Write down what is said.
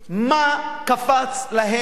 מה קפץ להם